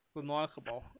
remarkable